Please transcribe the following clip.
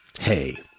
Hey